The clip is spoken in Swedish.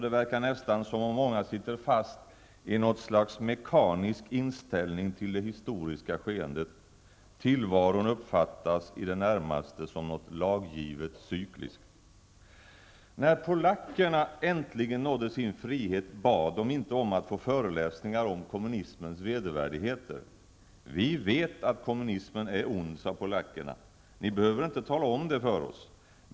Det verkar nästan som om många sitter fast i något slags mekanisk inställning till det historiska skeendet. Tillvaron uppfattas i det närmaste som något laggivet cykliskt. När polackerna äntligen nådde sin frihet, bad de inte om att få föreläsningar om kommunismens vedervärdigheter. -- Vi vet att kommunismen är ond, sade polackerna. Ni behöver inte tala om det för oss.